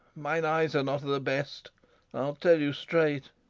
mine eyes are not the best i'll tell you straight.